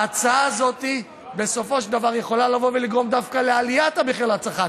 ההצעה הזאת בסופו של דבר יכולה לבוא ולגרום דווקא לעליית המחיר לצרכן.